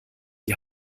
die